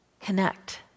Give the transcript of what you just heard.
connect